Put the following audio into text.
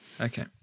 okay